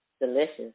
Delicious